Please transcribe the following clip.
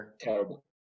terrible